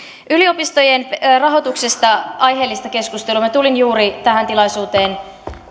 yliopistojen rahoituksesta käydään aiheellista keskustelua tulin juuri tähän tilaisuuteen